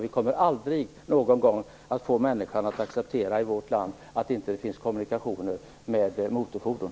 Vi kommer aldrig någon gång att få människorna i Sverige att acceptera att det inte finns kommunikationer med motorfordon.